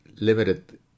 limited